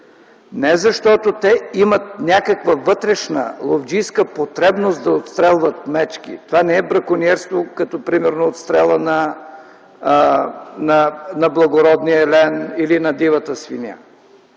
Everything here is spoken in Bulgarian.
не защото те имат някаква вътрешна ловджийска потребност да отстрелват мечки – това не е бракониерство като например отстрелът на благородния елен или дивата свиня.